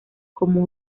como